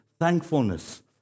thankfulness